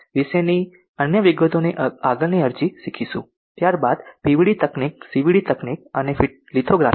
વિશેની અન્ય વિગતોની આગળની અરજી શીખીશું ત્યારબાદ પીવીડી તકનીક સીવીડી તકનીક અને લિથોગ્રાફી છે